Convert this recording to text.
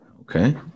Okay